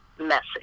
message